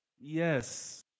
Yes